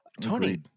Tony